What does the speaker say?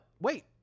wait